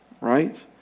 right